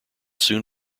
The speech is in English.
soon